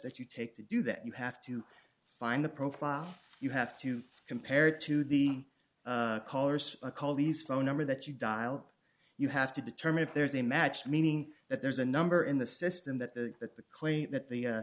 that you take to do that you have to find the profile you have to compare to the callers a call these phone number that you dial up you have to determine if there's a match meaning that there's a number in the system that the that the claim that the